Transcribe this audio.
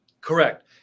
Correct